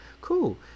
cool